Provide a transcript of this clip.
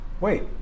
Wait